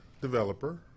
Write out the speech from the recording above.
developer